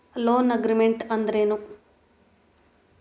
Loan agreement ಅಂದ್ರೇನು?